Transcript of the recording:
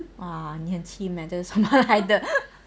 !wah! 你很 chim eh 这是什么来的